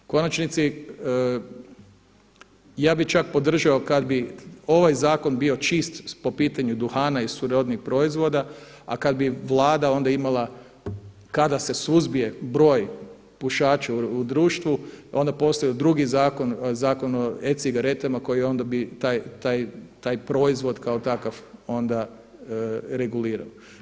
U konačnici ja bih čak podržao kada bih ovaj zakon bio čist po pitanju duhana i srodnih proizvoda a kada bi Vlada onda imala, kada se suzbije broj pušača u društvu onda bi postojao drugi zakon, zakon o e-cigaretama koji onda bi taj proizvod kao takav onda regulirao.